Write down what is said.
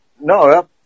no